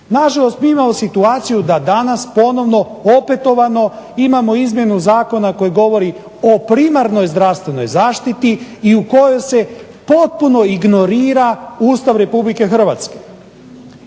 Nažalost, mi imamo situaciju da danas ponovno opetovano imamo izmjenu zakona koji govori o primarnoj zdravstvenoj zaštiti i u kojoj se potpuno ignorira Ustav RH. Po tome